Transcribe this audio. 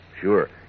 Sure